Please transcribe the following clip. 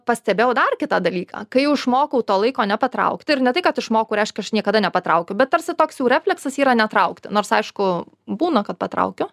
pastebėjau dar kitą dalyką kai jau išmokau to laiko nepatraukti ir ne tai kad išmokau reiškia aš niekada nepatraukiu bet tarsi toks jau refleksas yra netraukti nors aišku būna kad patraukiu